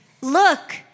look